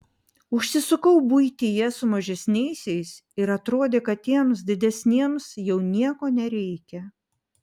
užsisukau buityje su mažesniaisiais ir atrodė kad tiems didesniems jau nieko nereikia